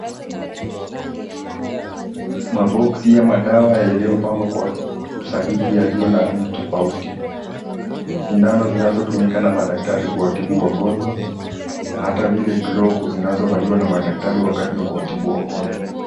Maboxi ya madawa yaliyopangwa kwa usahihi yaliyo na rangi tofauti. Sindano zinazotumika na madaktari kuwatibu wagonjwa na hata vile glovu zinazovaliwa na madaktari wakati wa kuwatibu wagonjwa.